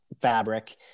fabric